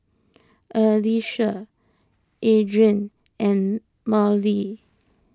Alyssia Adrienne and Mallie